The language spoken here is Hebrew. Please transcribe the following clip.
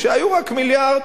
כשהיו רק מיליארד,